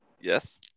Yes